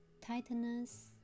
tightness